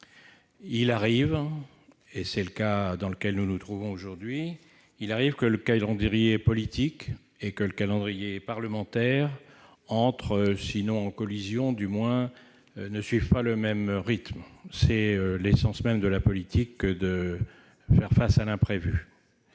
Il arrive, et c'est le cas dans lequel nous nous trouvons aujourd'hui, que le calendrier politique et le calendrier parlementaire entrent en collision ou, du moins, ne suivent pas le même rythme. C'est l'essence même de la politique que de faire face à l'imprévu